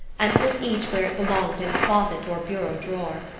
and put each where it belonged in closet or bureau drawer.